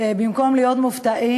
במקום להיות כל פעם מופתעים,